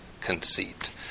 conceit